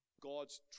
God's